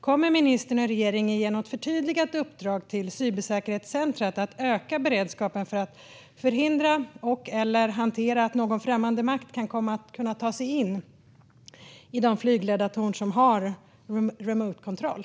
Kommer ministern och regeringen genom ett förtydligad uppdrag till cybersäkerhetscentret att öka beredskapen för att förhindra eller hantera att någon främmande makt kan komma att ta sig in i de flygledartorn som har remote-kontroll?